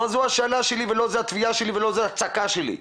לא זו השאלה שלי ולא זו התביעה שלי ולא זו הצעקה שלי.